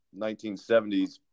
1970s